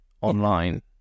online